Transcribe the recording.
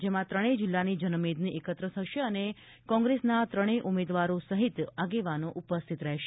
જેમાં ત્રણેય જિલ્લાની જનમેદની એકત્ર થશે તથા કોંગ્રેસના ત્રણેય ઉમેદવારો સહિત આગેવાનો ઉપસ્થિત રહેશે